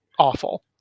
awful